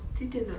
几点的